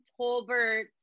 Tolbert